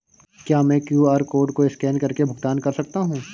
क्या मैं QR code को स्कैन करके भुगतान कर सकता हूं?